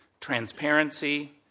transparency